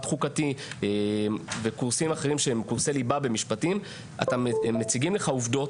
חוקתי וקורסי ליבה אחרים במשפטים מציגים לך עובדות,